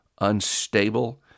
unstable